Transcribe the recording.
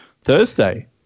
Thursday